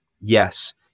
Yes